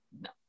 No